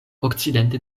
okcidente